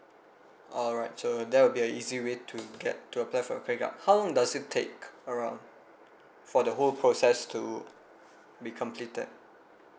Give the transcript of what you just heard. alright so that will be a easy way to get to apply for a credit card how long does it take around for the whole process to be completed